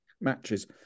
matches